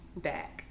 back